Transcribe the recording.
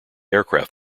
aircraft